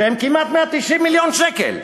שהם כמעט 190 מיליון שקל,